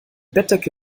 bettdecke